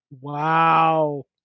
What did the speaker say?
Wow